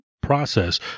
process